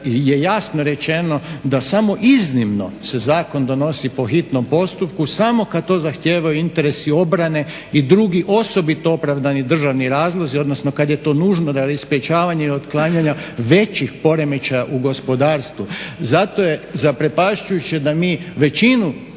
jasno rečeno da samo iznimno se zakon donosi po hitnom postupku samo kada to zahtijevaju interesi obrane i drugi osobito opravdani državni razlozi odnosno kada je to nužno radi sprečavanja i otklanjanja većih poremećaja u gospodarstvu. Zato je zaprepašćujuće da mi većinu